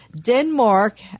Denmark